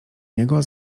niego